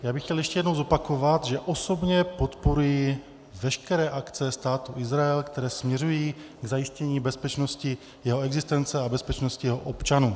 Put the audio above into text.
Já bych chtěl ještě jednou zopakovat, že osobně podporuji veškeré akce Státu Izrael, které směřují k zajištění bezpečnosti jeho existence a bezpečnosti jeho občanů.